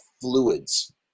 fluids